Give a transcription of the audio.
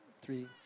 three